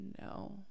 no